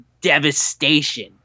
devastation